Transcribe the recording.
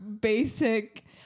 basic